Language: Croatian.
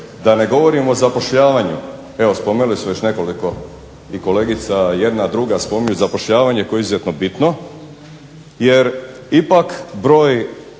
da ne govorim o zapošljavanju. Evo spomenuli su već nekoliko, i kolegica jedna, druga spominju zapošljavanje koje je izuzetno bitno jer ipak broj